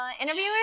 interviewer